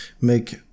make